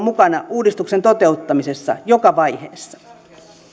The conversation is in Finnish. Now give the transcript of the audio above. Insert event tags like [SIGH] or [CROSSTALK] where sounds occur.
[UNINTELLIGIBLE] mukana uudistuksen toteuttamisessa joka vaiheessa